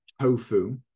tofu